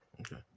Okay